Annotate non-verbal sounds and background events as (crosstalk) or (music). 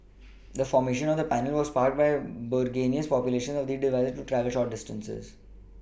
(noise) the formation of the panel was sparked by burgeoning population of these devices to travel short distances